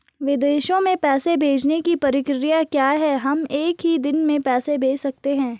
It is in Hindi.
विदेशों में पैसे भेजने की प्रक्रिया क्या है हम एक ही दिन में पैसे भेज सकते हैं?